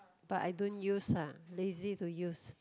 but I don't use uh lazy to use